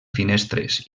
finestres